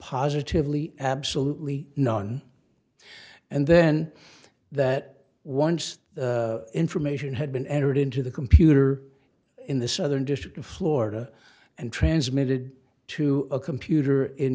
positively absolutely none and then that once the information had been entered into the computer in the southern district of florida and transmitted to a computer in